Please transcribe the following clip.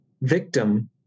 victim